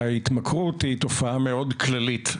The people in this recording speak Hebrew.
ההתמכרות היא תופעה מאוד כללית.